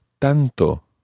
tanto